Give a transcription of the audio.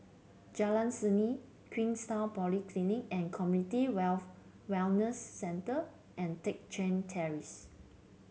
Jalan Seni Queenstown Polyclinic and Community Wealth Wellness Centre and Teck Chye Terrace